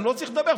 אני לא צריך לדבר,